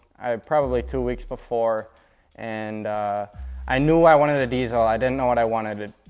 probably, two weeks before and i knew i wanted a diesel. i didn't know what i wanted.